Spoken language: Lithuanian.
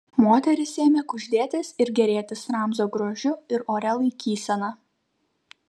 moterys ėmė kuždėtis ir gėrėtis ramzio grožiu ir oria laikysena